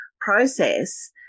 process